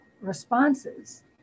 responses